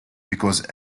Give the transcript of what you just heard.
because